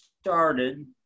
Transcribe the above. started